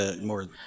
more